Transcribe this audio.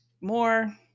more